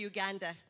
Uganda